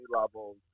levels